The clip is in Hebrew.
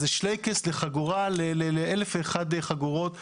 אז שלייקס לחגורה לאלף ואחת חגורות,